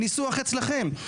הניסוח אצלכם.